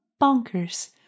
bonkers